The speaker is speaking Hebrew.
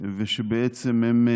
ושבעצם הן